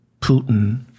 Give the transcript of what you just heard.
Putin